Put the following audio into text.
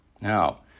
Now